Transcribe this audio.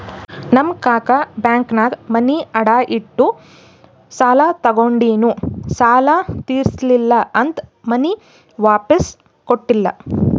ನಮ್ ಕಾಕಾ ಬ್ಯಾಂಕ್ನಾಗ್ ಮನಿ ಅಡಾ ಇಟ್ಟು ಸಾಲ ತಗೊಂಡಿನು ಸಾಲಾ ತಿರ್ಸಿಲ್ಲಾ ಅಂತ್ ಮನಿ ವಾಪಿಸ್ ಕೊಟ್ಟಿಲ್ಲ